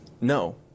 no